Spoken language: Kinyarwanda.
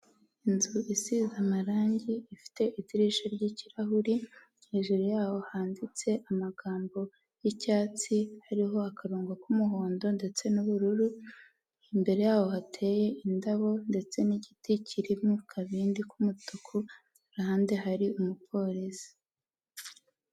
Inzu isize amarangi ifite idirishya ry'ikirahuri, hejuru yaho handitse amagambo y'icyatsi, hariho akarongo k'umuhondo ndetse n'ubururu, imbere yaho hateye indabo ndetse n'igiti kiri mu kabindi k'umutuku, ku ruhande hari umupolisi.